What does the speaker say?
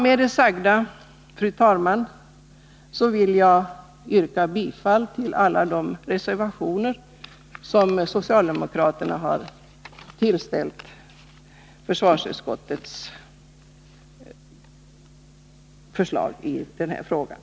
Med det sagda vill jag yrka bifall till de reservationer som socialdemokraterna har fogat till försvarsutskottets betänkande.